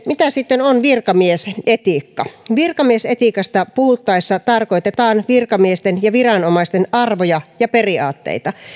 mitä sitten on virkamiesetiikka virkamiesetiikasta puhuttaessa tarkoitetaan virkamiesten ja viranomaisten arvoja ja periaatteita